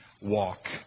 walk